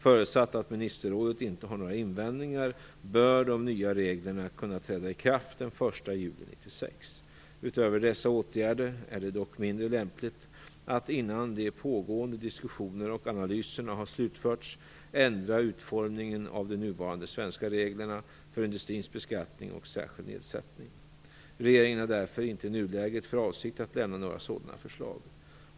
Förutsatt att ministerrådet inte har några invändningar bör de nya reglerna kunna träda i kraft den 1 juli 1996. Utöver dessa åtgärder är det dock mindre lämpligt att innan de pågående diskussionerna och analyserna har slutförts ändra utformningen av de nuvarande svenska reglerna för industrins beskattning och särskild nedsättning. Regeringen har därför inte i nuläget för avsikt att lämna några sådana förslag.